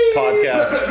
podcast